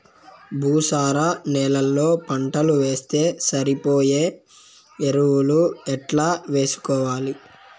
భూసార నేలలో పంటలు వేస్తే సరిపోయే ఎరువులు ఎట్లా వేసుకోవాలి?